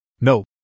No